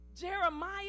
Jeremiah